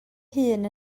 hun